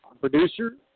producer